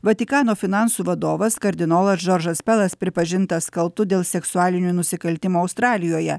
vatikano finansų vadovas kardinolas džordžas pelas pripažintas kaltu dėl seksualinių nusikaltimų australijoje